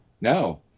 No